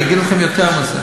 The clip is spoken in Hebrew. אני אגיד לכם יותר מזה.